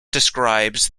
describes